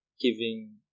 giving